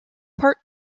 part